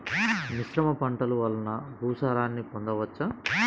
మిశ్రమ పంటలు వలన భూసారాన్ని పొందవచ్చా?